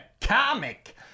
comic